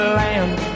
land